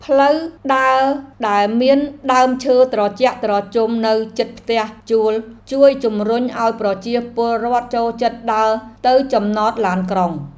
ផ្លូវដើរដែលមានដើមឈើត្រជាក់ត្រជុំនៅជិតផ្ទះជួលជួយជម្រុញឱ្យប្រជាពលរដ្ឋចូលចិត្តដើរទៅចំណតឡានក្រុង។